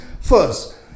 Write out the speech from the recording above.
first